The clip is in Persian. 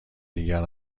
دیگر